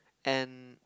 and